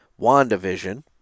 WandaVision